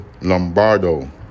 Lombardo